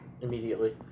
Immediately